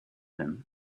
him